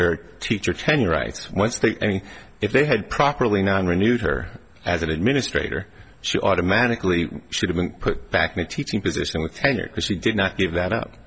her teacher tenure rights once they any if they had properly not renewed her as an administrator she automatically should have been put back in a teaching position with tenure because she did not give that up